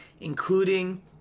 including